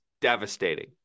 devastating